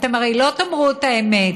אתם הרי לא תאמרו את האמת,